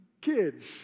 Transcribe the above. kids